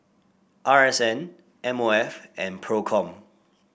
R S N M O F and Procom